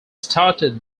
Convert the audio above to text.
started